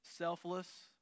Selfless